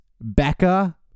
Becca